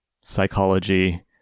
psychology